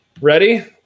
Ready